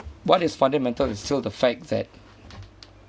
what is fundamental is still the fact that